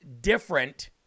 different